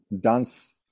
dance